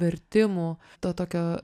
vertimų to tokio